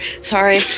Sorry